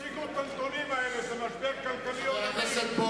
הרי הציגו את הנתונים האלה, זה משבר כלכלי עולמי.